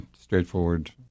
straightforward